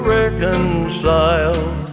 reconciled